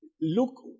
look